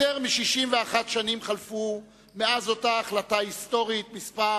יותר מ-61 שנים חלפו מאז אותה החלטה היסטורית מס'